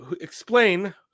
explain